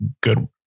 good